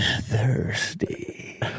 thirsty